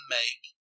make